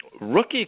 rookie